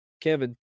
kevin